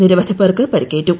നിരവധി പേർക്ക് പരിക്കേറ്റു